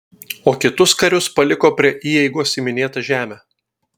o kitus karius paliko prie įeigos į minėtą žemę